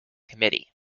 committee